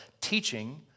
Teaching